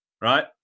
Right